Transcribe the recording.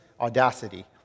audacity